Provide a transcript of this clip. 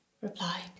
replied